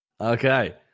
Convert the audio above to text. Okay